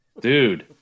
dude